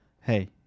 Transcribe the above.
hey